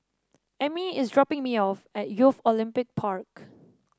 Emmy is dropping me off at Youth Olympic Park